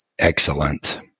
Excellent